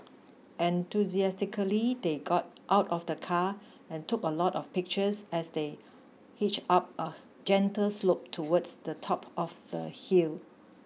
enthusiastically they got out of the car and took a lot of pictures as they hitched up a gentle slope towards the top of the hill